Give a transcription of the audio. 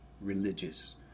religious